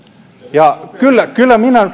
ja kyllä kyllä minä